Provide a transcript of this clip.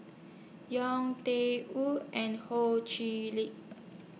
Yau Tian Yau and Ho Chee Lick